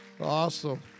Awesome